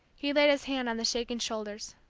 he laid his hand on the shaking shoulders,